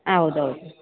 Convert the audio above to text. ಹೌದ್ ಹೌದು